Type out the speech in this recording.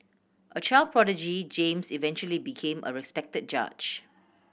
a child prodigy James eventually became a respected judge